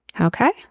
Okay